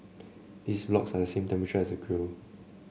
these blocks are the same temperature as the grill